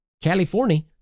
California